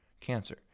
cancer